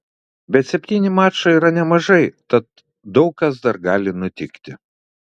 bet septyni mačai yra nemažai tad daug kas dar gali nutikti